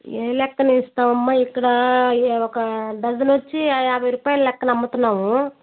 ఏ లెక్కన ఇస్తామమ్మా ఇక్కడ ఒక డజన్ వచ్చి యాభై రూపాయల లెక్కన అమ్ముతున్నాము